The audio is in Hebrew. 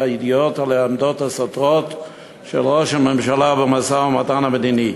היא: הידיעות על העמדות הסותרות של ראש הממשלה במשא-ומתן המדיני.